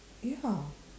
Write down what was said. ya